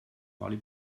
parlé